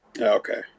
Okay